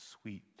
sweet